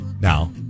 now